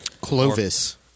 clovis